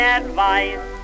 advice